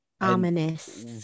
Ominous